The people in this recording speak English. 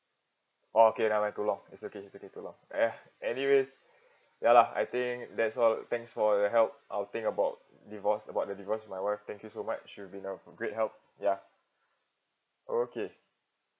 oh okay never mind too long it's okay it's okay too long eh anyways ya lah I think that's all thanks for your help I'll think about divorce about the divorce with my wife thank you so much you've been help~ great help ya okay